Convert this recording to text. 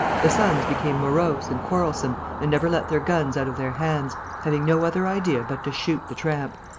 the sons became morose and quarrelsome and never let their guns out of their hands, having no other idea but to shoot the tramp.